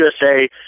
USA